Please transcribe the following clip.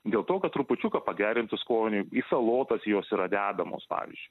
dėl to kad trupučiuką pagerintų skonį į salotas jos yra dedamos pavyzdžiui